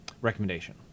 Recommendation